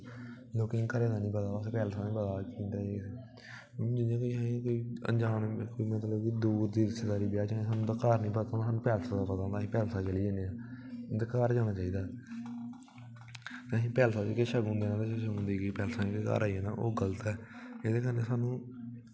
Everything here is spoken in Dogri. लोकें गी घरा दा निं पता चलदा पैलेस दा गै जंदे उठी ते मतलब दूर दी रिश्तेदारी च ब्याह् होंदा ते उंदे घर दा निं पता होंदा मतलब की दूर दी रिश्तेदारी च ब्याह् होना ते मतलब कि उंदे घर दा पता निं होंदा असेंगी पैलेस दा पता होंदा अस पैलेस चली जन्ने उंदे घर होना चाहिदा ते असें पैलेस च शगुन देना ते शगुन देइयै घर आई जन्ने ओह् गलत ऐ एह्दे कन्नै स्हानू